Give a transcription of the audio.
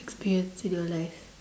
experience in your life